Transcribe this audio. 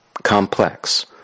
complex